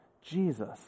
jesus